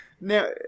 Now